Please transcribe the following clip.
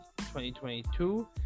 2022